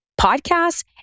podcasts